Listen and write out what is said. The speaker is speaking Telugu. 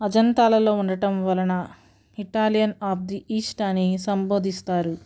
అజంతాలలో ఉండటం వలన ఇటాలియన్ ఆఫ్ ది ఈస్ట్ అని సంభోదిస్తారు